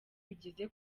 bigeze